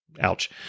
Ouch